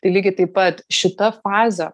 tai lygiai taip pat šita fazė